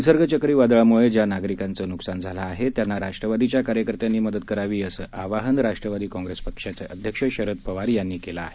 निसर्ग चक्रीवादळामुळे ज्या नागरिकांचं नुकसान झालं आहे त्यांना राष्ट्रवादीच्या कार्यकर्त्यांनी मदत करावी असं आवाहन राष्ट्रवादी काँग्रेस पक्षाचे अध्यक्ष शरद पवार यांनी केलं आहे